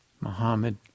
Muhammad